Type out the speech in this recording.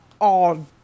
odd